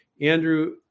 andrew